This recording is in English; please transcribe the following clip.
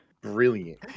brilliant